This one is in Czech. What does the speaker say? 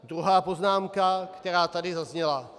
Druhá poznámka, která tady zazněla.